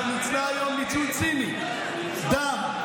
שניצלה היום ניצול ציני של דם,